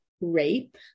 rape